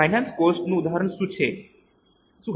finance cost નું ઉદાહરણ શું હશે